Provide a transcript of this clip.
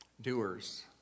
doers